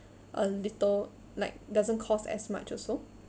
a little like doesn't cost as much also